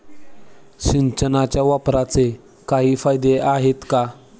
सिंचनाच्या वापराचे काही फायदे आहेत का?